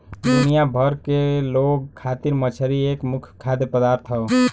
दुनिया भर के लोग खातिर मछरी एक मुख्य खाद्य पदार्थ हौ